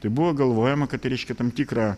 tai buvo galvojama kad tai reiškia tam tikrą